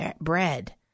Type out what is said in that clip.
bread